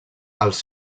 els